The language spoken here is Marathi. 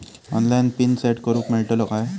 ऑनलाइन पिन सेट करूक मेलतलो काय?